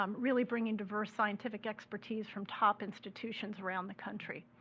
um really bringing diverse scientific expertise from top institutions around the country,